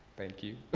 thank you.